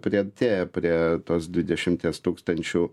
priartėja prie tos dvidešimties tūkstančių